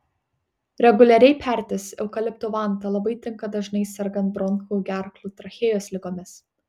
reguliariai pertis eukaliptų vanta labai tinka dažnai sergant bronchų gerklų trachėjos ligomis